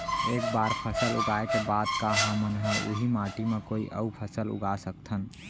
एक बार फसल उगाए के बाद का हमन ह, उही माटी मा कोई अऊ फसल उगा सकथन?